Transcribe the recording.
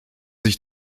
sich